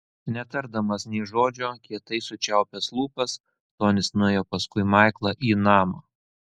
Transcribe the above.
netardamas nė žodžio kietai sučiaupęs lūpas tonis nuėjo paskui maiklą į namą